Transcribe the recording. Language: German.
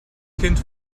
kind